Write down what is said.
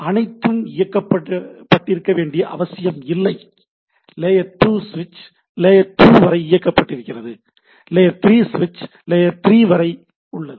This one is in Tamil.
அனைத்தும் இயக்கப்பட்டிருக்க வேண்டிய அவசியமில்லை Refer Time 2040 லேயர் 2 சுவிட்ச் லேயர் 2 வரை இயக்கப்பட்டிருக்கிறது லேயர் 3 சுவிட்ச் லேயர் 3 வரை உள்ளது